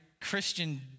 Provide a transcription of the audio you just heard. Christian